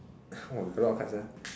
oh we got a lot of cards ah